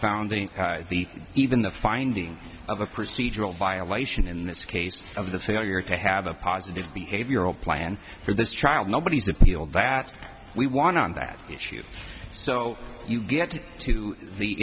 founding the even the finding of a procedural violation in this case of the failure to have a positive behavioral plan for this child nobody's appealed that we won on that issue so you get to the